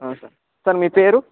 sir sir మీ పేరు